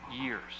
years